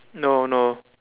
no no